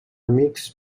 amics